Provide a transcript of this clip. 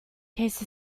case